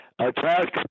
attack